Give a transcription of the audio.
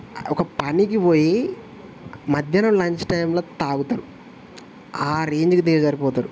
ఒక పనికి పోయి మధ్యలో లంచ్ టైమ్లో త్రాగుతారు ఆ ఆ రెంజ్కు దిగజారిపోతారు